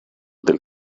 del